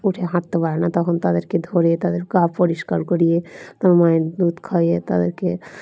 উঠে হাঁটতে পারে না তখন তাদেরকে ধরে তাদের গা পরিষ্কার করিয়ে তার মায়ের দুধ খাইয়ে তাদেরকে